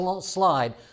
slide